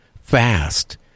fast